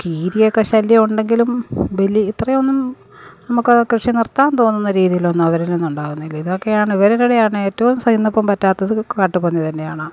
കീരിയൊക്കെ ശല്യം ഉണ്ടെങ്കിലും ഇത്രെയൊന്നും നമുക്ക് കൃഷി നിർത്താൻ തോന്നുന്ന രീതിയിലൊന്നും അവരിൽ നിന്ന് ഉണ്ടാകുന്നില്ല ഇതൊക്കയാണ് ഇവരുടെയാണ് ഏറ്റവും പറ്റാത്തത് കാട്ടുപന്നി തന്നെയാണ്